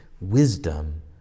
wisdom